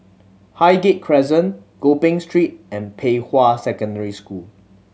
Highgate Crescent Gopeng Street and Pei Hwa Secondary School